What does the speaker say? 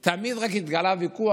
רק תמיד התגלע ויכוח,